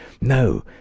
No